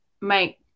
make